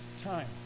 time